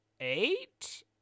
eight